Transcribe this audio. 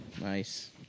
Nice